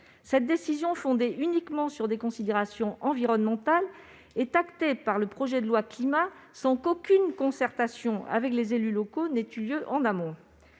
Cette décision, fondée uniquement sur des considérations environnementales, est actée par le projet de loi Climat et résilience sans qu'aucune concertation avec les élus locaux ait eu lieu en amont.